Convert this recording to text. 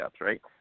right